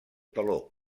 teló